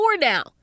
now